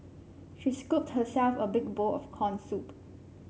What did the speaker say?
she scooped herself a big bowl of corn soup